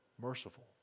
merciful